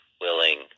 willing